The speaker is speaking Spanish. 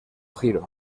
giro